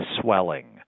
swelling